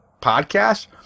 podcast